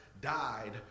died